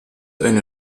eine